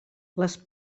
les